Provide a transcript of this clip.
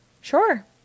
Sure